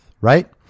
Right